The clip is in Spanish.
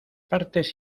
partes